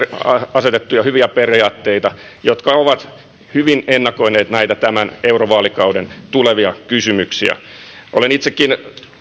asetettuja hyviä periaatteita jotka ovat hyvin ennakoineet tämän eurovaalikauden tulevia kysymyksiä olen itsekin